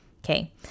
Okay